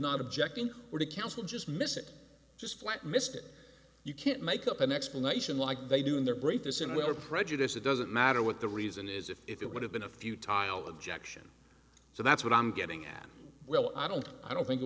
not objecting or to counsel just miss it just flat missed it you can't make up an explanation like they do in their break this in with your prejudice it doesn't matter what the reason is if it would have been a few tile objection so that's what i'm getting at will i don't i don't think it